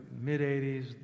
mid-80s